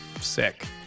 sick